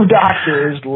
doctors